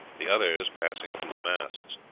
the others passing through the masts.